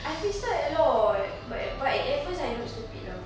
I free style a lot but but at first I look stupid lah